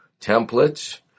templates